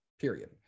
period